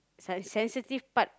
s~ sensitive part